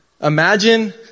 Imagine